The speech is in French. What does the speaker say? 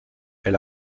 elle